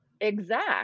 exact